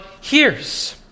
hears